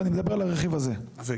לא, אני מדבר על הרכיב הזה.